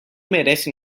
merece